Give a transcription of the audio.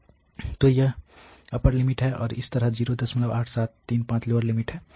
तो यह upper limit है और इसी तरह 08735 लोअर लिमिट है